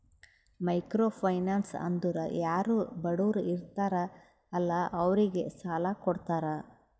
micro finance ಅಂದುರ್ ಯಾರು ಬಡುರ್ ಇರ್ತಾರ ಅಲ್ಲಾ ಅವ್ರಿಗ ಸಾಲ ಕೊಡ್ತಾರ್